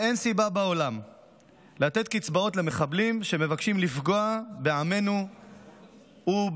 אין סיבה בעולם לתת קצבאות למחבלים שמבקשים לפגוע בעמנו ובמדינתנו,